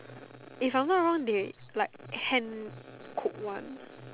if I am not wrong they like hand cooked one